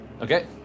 Okay